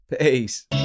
Peace